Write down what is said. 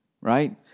right